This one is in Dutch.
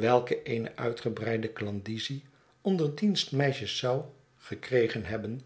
welk eene uitgebreide klandizie onder dienstmeisjes zij zou gekregen hebben